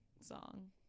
song